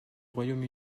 royaume